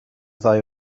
ddau